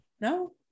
no